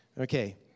Okay